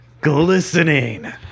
glistening